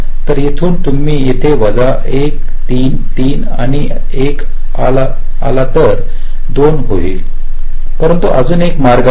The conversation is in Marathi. तर येथून तुम्ही येथे वजा 1 3 3 आणि हा 1 आला तर ते 2 होईल परंतु अजून एक मार्ग आहे